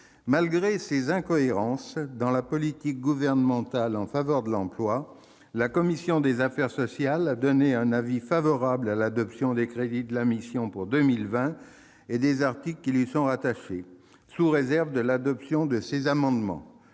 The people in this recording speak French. Malgré ces incohérences dans la politique gouvernementale en faveur de l'emploi, la commission des affaires sociales a donné un avis favorable à l'adoption des crédits de la mission pour 2020 et des articles qui lui sont rattachés, sous réserve de l'adoption de ses amendements.